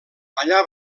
allà